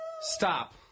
stop